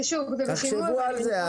אז שוב, זה בשימוע --- תחשבו על זה.